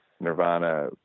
Nirvana